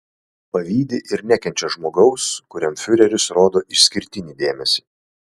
pavydi ir nekenčia žmogaus kuriam fiureris rodo išskirtinį dėmesį